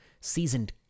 seasoned